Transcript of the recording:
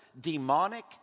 demonic